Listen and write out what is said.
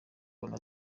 bantu